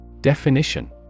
Definition